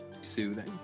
soothing